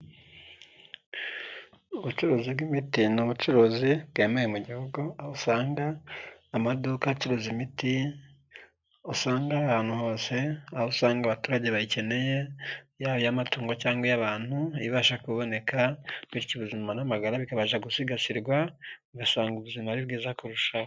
Ubucuruzi bw'imiti, ni ubucuruzi bwemewe mu gihugu, aho usanga amaduka acuruza imiti, usanga ahantu hose, aho usanga abaturage bayikeneye, yaba iy'amatungo cyangwa iy'abantu, ibasha kuboneka, bityo ubuzima n'amagara bikabasha gusigasirwa, ugasanga ubuzima ari bwiza kurushaho.